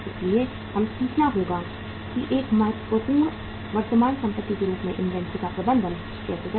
इसलिए हमें सीखना होगा कि एक महत्वपूर्ण वर्तमान संपत्ति के रूप में इन्वेंट्री का प्रबंधन कैसे करें